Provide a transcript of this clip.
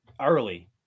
early